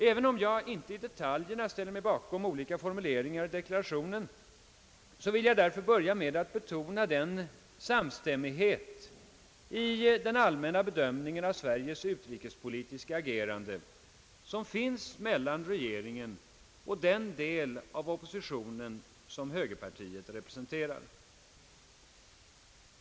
Även om jag inte i detaljerna ställer mig bakom olika formuleringar i deklarationen vill jag ändå börja med att betona den samstämmighet i den allmänna bedömningen av Sveriges utrikespolitiska agerande som finns mellan regeringen och den del av oppositionen som högerpartiet representerar.